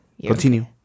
continue